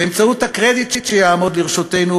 באמצעות הקרדיט שיעמוד לרשותנו,